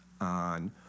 on